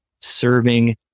serving